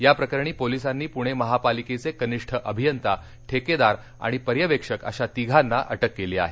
या प्रकरणी पोलिसांनी पुणे महापालिकेचे कनिष्ठ अभियंता ठेकेदार आणि पर्यवेक्षक अशा तिघांना अटक केली आहे